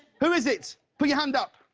who is it? put your hand up.